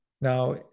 Now